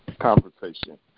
conversation